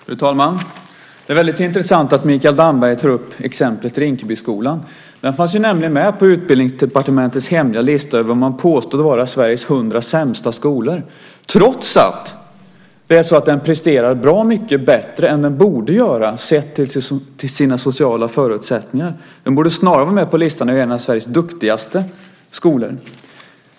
Fru talman! Det är väldigt intressant att Mikael Damberg tar upp exemplet Rinkebyskolan. Den fanns ju nämligen med på Utbildningsdepartementets hemliga lista över vad man påstod vara Sveriges 100 sämsta skolor - trots att den presterar bra mycket bättre än den borde göra, sett till dess sociala förutsättningar. Den borde snarare vara med på listan över Sveriges duktigaste skolor.